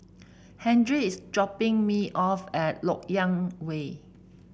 Henri is dropping me off at LoK Yang Way